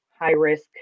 high-risk